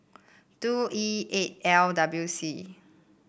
two E eight L W C